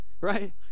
Right